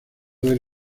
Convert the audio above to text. del